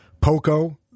Poco